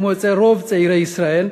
כמו אצל רוב צעירי ישראל,